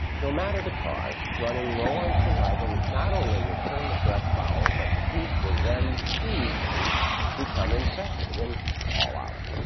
no matter the cause, running low on saliva not only will turn the breath foul, but the teeth will then too easily become infected and fall out.